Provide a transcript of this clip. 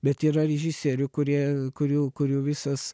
bet yra režisierių kurie kurių kurių visas